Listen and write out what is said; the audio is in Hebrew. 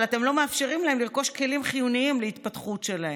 אבל אתם לא מאפשרים להם לרכוש כלים חיוניים להתפתחות שלהם.